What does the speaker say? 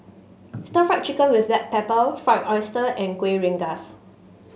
Stir Fried Chicken with Black Pepper Fried Oyster and Kuih Rengas